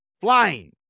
Flying